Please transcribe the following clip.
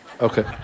Okay